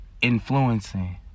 influencing